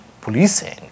policing